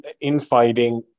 infighting